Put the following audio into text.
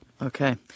Okay